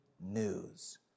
news